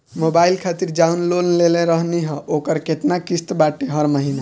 Mobile खातिर जाऊन loan लेले रहनी ह ओकर केतना किश्त बाटे हर महिना?